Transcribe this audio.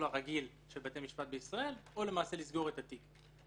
הרגיל של בתי המשפט בישראל או לסגור את התיק.